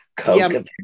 Coke